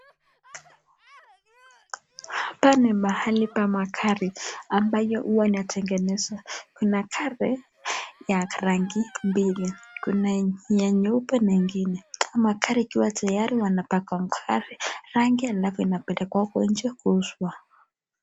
Hapa ni mahali pa magari, ambayo huwa inatengenezwa, kuna gari ya rangi mbili, kuna ya nyeupe na ingine kuna magari ikiwa tayari inapakwa rangi alafu inapelekwa hapo nje kuuzwa.